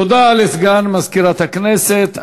תודה לסגן מזכירת הכנסת.